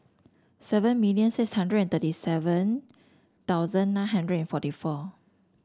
seven million six hundred and thirty seven thousand nine hundred and forty four